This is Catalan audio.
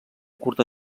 curta